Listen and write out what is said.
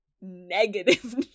negative